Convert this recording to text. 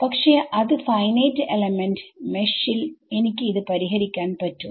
പക്ഷേ അതെ finite element മെഷ്ൽ എനിക്ക് ഇത് പരിഹരിക്കാൻ പറ്റും